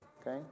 Okay